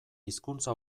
hizkuntza